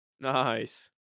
Nice